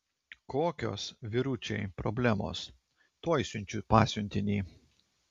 kokios vyručiai problemos tuoj siunčiu pasiuntinį